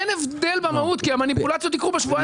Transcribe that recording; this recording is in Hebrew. אין הבדל במהות כי המניפולציות יקרו בשבועיים האלה.